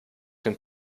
den